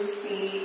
see